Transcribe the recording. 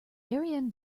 ariane